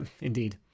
indeed